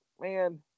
man